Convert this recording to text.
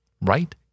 right